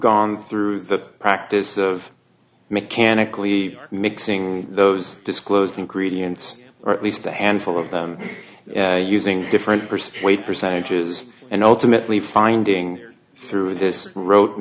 gone through the practice of mechanically mixing those disclosed ingredients or at least a handful of them using different persuade percentages and ultimately finding through this ro